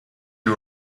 you